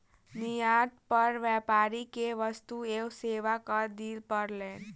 निर्यात पर व्यापारी के वस्तु एवं सेवा कर दिअ पड़लैन